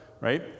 right